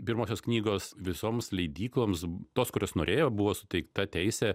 pirmosios knygos visoms leidykloms tos kurios norėjo buvo suteikta teisė